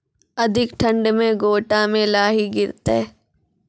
अधिक ठंड मे गोटा मे लाही गिरते?